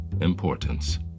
importance